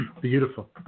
Beautiful